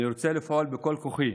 אני רוצה לפעול בכל כוחי,